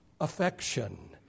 Affection